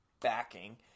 backing